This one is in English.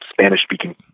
Spanish-speaking